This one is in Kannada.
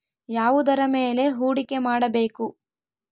ಯಾವುದರ ಮೇಲೆ ಹೂಡಿಕೆ ಮಾಡಬೇಕು?